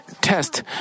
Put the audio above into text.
test